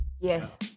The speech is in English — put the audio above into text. Yes